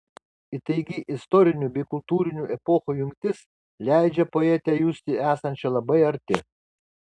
įtaigi istorinių bei kultūrinių epochų jungtis leidžia poetę justi esančią labai arti